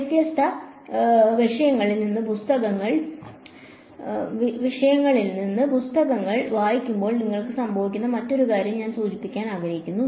വ്യത്യസ്ത വിഷയങ്ങളിൽ നിന്നുള്ള പുസ്തകങ്ങൾ വായിക്കുമ്പോൾ നിങ്ങൾക്ക് സംഭവിക്കുന്ന മറ്റൊരു കാര്യം ഞാൻ സൂചിപ്പിക്കാൻ ആഗ്രഹിക്കുന്നു